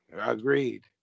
Agreed